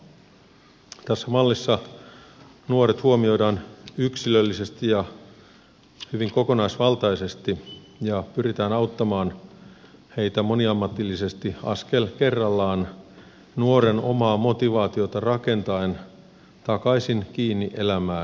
tässä mallissa nuoret huomioidaan yksilöllisesti ja hyvin kokonaisvaltaisesti ja pyritään auttamaan heitä moniammatillisesti askel kerrallaan nuoren omaa motivaatiota rakentaen takaisin kiinni elämään ja sisään yhteiskuntaan